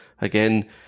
again